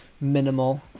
minimal